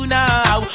now